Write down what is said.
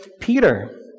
Peter